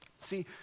See